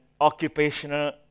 occupational